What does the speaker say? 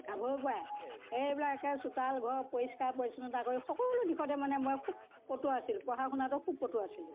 গাভৰুপৰাই এইবিলাক একে চোতাল ঘৰ পৰিষ্কাৰ পৰিচ্ছন্নতা কৰি সকলো দিশতে মানে মই খুব পটু আছিলোঁ পঢ়া শুনাতো খুব পটু আছিলোঁ